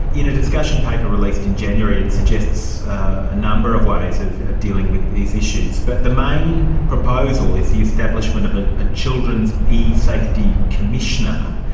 in a discussion paper released in january it suggests a number of ways of of dealing with these issues, but the main proposal is the establishment of a ah children's e-safety commissioner.